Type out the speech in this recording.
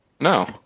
No